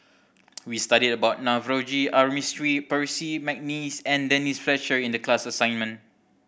we studied about Navroji R Mistri Percy McNeice and Denise Fletcher in the class assignment